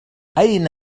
أين